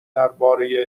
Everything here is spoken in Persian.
درباره